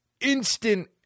instant